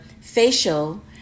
facial